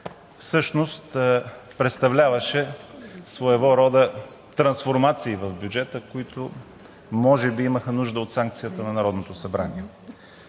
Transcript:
всъщност представляваше своего рода трансформации в бюджета, които може би имаха нужда от санкцията на Народното събрание.